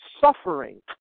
suffering